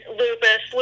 lupus